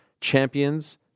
champions